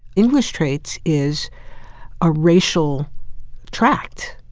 english traits is a racial tract.